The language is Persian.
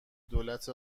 دولت